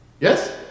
yes